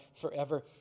forever